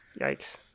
Yikes